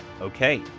Okay